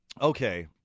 Okay